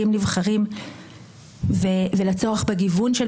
בחלקים אחרים של ההסדר מבקשים לקבוע הסדר אשר באופן מעשי יוציא